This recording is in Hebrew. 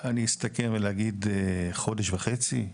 אני אסתכן בלהגיד, חודש וחצי.